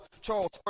Charles